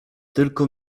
tylko